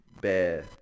bear